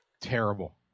Terrible